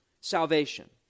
salvation